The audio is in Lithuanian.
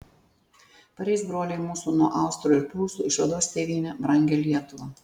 pareis broliai mūsų nuo austrų ir prūsų išvaduos tėvynę brangią lietuvą